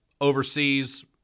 overseas